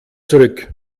zurück